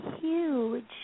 huge